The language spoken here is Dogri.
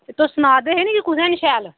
तुस सना दे हे नी कुत्थें न शैल